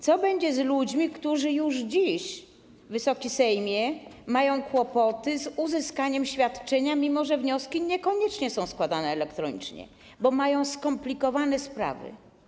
Co będzie z ludźmi, którzy już dziś, Wysoki Sejmie, mają kłopoty z uzyskaniem świadczenia, mimo że wnioski niekoniecznie są składane elektronicznie, bo ich sytuacja jest skomplikowana?